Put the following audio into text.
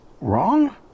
wrong